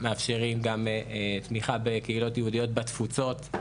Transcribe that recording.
מאפשרים גם תמיכה בקהילות יהודיות בתפוצות.